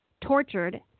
tortured